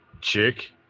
chick